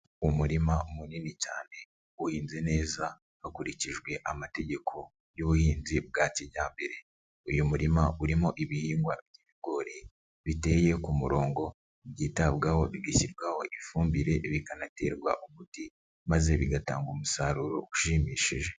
Umurima munini cyane uhinze neza hakurikijwe amategeko y'ubuhinzi bwa kijyambere, uyu murima urimo ibihingwa by'ibigori biteye ku murongo byitabwaho bigashyirwaho ifumbire, bikanaterwa umuti maze bigatanga umusaruro ushimishije.